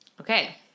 Okay